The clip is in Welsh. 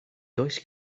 does